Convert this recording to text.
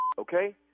Okay